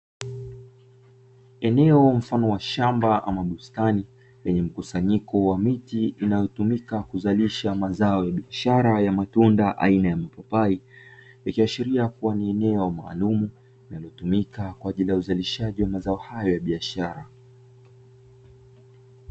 Eneo mfano wa shamba au bustani, lenye mkusanyiko wa miti inayotumika kuzalisha mazao ya biashara ya matunda aina ya mipapai, ikiashiria kuwa ni eneo maalumu linalotumika kwa ajili ya uzalishaji wa mazao hayo ya biashara.